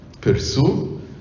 pursue